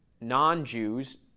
non-Jews